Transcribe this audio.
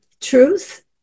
truth